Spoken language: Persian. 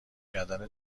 کردن